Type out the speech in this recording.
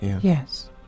Yes